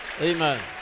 Amen